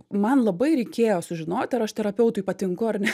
man labai reikėjo sužinoti ar aš terapeutui patinku ar ne